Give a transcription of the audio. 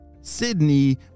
Sydney